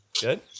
good